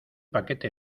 paquete